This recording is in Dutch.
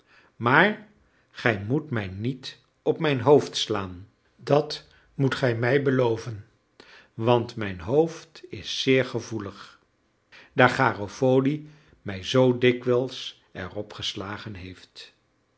maar gij moet mij niet op mijn hoofd slaan dat moet gij mij beloven want mijn hoofd is zeer gevoelig daar garofoli mij zoo dikwijls erop geslagen heeft